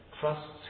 trusts